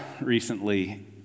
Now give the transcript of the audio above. recently